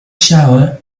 shower